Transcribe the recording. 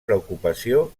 preocupació